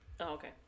okay